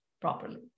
properly